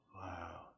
Wow